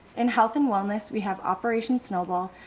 in health and wellness, we have operation snowball,